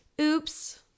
Oops